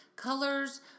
Colors